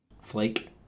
Flake